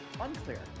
Unclear